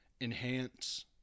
enhance